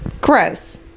Gross